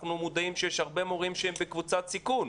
אנחנו מודעים לכך שיש הרבה מורים שהם בקבוצת סיכון.